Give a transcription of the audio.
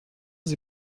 sie